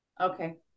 Okay